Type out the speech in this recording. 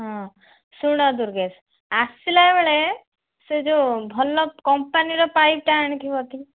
ହଁ ଶୁଣ ଦୁର୍ଗେଶ ଆସିଲା ବେଳେ ସେଇ ଯେଉଁ ଭଲ କମ୍ପାନୀର ପାଇପ୍ଟା ଆଣିଥିବଟି